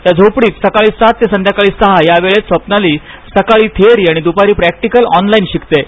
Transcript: या झोपडीत सकाळी सात ते संध्याकाळी सहा यावेळेत स्वप्नाली सकाळी थियरी आणि दुपारी प्रॅक्टिकल ऑनलाईन शिकतेय